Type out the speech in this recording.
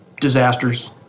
disasters